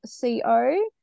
CO